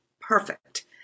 perfect